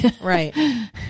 Right